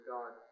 God